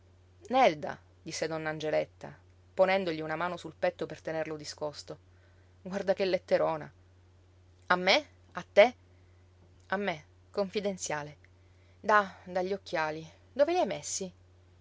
avvenuto nelda disse donna angeletta ponendogli una mano sul petto per tenerlo discosto guarda che letterona a me a te a me confidenziale da da gli occhiali dove li hai messi